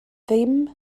ddim